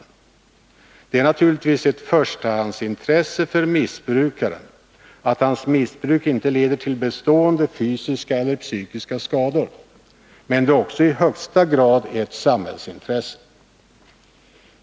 i Det är naturligtvis ett förstahandsintresse för missbrukaren att hans missbruk inte leder till bestående fysiska eller psykiska skador. Men det är också i högsta grad ett samhällsintresse.